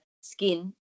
skin